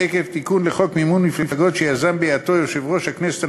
עקב תיקון לחוק מימון מפלגות שיזם בשעתו יושב-ראש הכנסת הנוכחי,